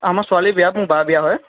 আমাৰ ছোৱালীৰ বিয়া মোৰ বাৰ বিয়া হয়